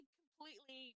completely